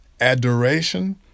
adoration